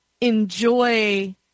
enjoy